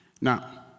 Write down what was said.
Now